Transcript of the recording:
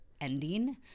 ending